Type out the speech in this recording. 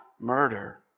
murder